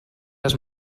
les